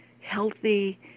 healthy